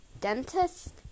Dentist